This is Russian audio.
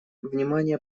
внимание